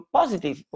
positive